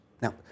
Now